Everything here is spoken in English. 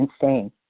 insane